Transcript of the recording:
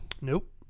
Nope